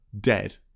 dead